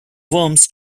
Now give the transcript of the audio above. worms